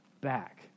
back